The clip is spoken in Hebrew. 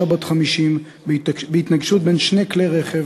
נהרגה אישה בת 50 בהתנגשות בין שני כלי רכב